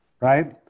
right